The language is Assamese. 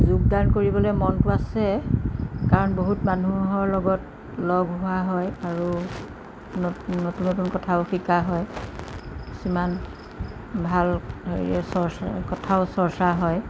যোগদান কৰিবলৈ মনটো আছে কাৰণ বহুত মানুহৰ লগত লগ হোৱা হয় আৰু নতুন নতুন কথাও শিকা হয় যিমান ভাল হেৰি চৰ্চা কথাও চৰ্চা হয়